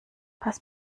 pass